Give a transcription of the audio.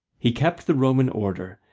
he kept the roman order,